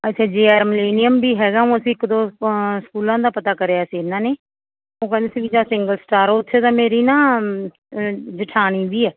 ਅੱਛਾ J R millennium ਵੀ ਹੈਗਾ ਊਂ ਅਸੀਂ ਇੱਕ ਦੋ ਪ ਸਕੂਲਾਂ ਦਾ ਪਤਾ ਕਰਿਆ ਸੀ ਇਹਨਾਂ ਨੇ ਉਹ ਕਹਿੰਦੇ ਸੀ ਵੀ ਜਾਂ ਸਿੰਗਲ ਸਟਾਰ ਉੱਥੇ ਤਾਂ ਮੇਰੀ ਨਾ ਜੇਠਾਣੀ ਵੀ ਹੈ